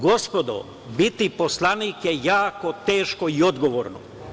Gospodo, biti poslanik je jako teško i odgovorno.